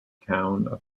town